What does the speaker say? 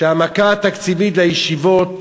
שהמכה התקציבית לישיבות